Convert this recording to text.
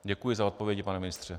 Děkuji za odpovědi, pane ministře.